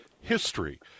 history